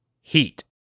heat